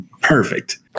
perfect